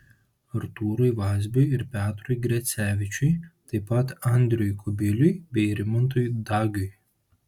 artūrui vazbiui ir petrui grecevičiui taip pat andriui kubiliui bei rimantui dagiui